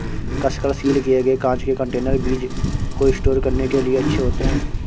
कसकर सील किए गए कांच के कंटेनर बीज को स्टोर करने के लिए अच्छे होते हैं